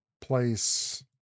place